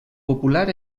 popular